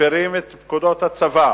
מפירים את פקודות הצבא